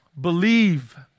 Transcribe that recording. believe